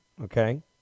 Okay